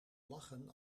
lachen